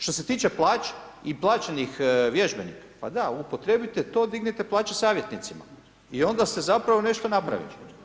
Što se tiče plaće i plaćenih vježbenika, pa da upotrijebite to dignite plaće savjetnicima i onda ste zapravo nešto napravili.